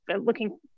looking